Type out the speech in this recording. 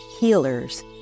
healers